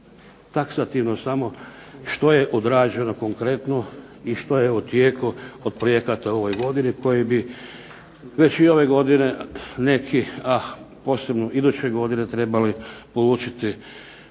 Taksativno samo što je odrađeno konkretno i što je u tijeku od projekata u ovoj godini koji bi već i ove godine neki, a posebno iduće godine trebali polučiti